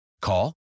Call